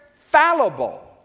fallible